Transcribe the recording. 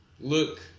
look